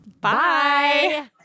Bye